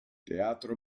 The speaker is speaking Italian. teatro